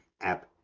app